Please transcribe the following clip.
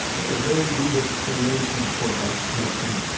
a very good explanation for my passion for